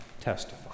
testify